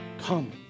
Come